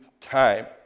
time